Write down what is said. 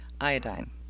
Iodine